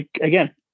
again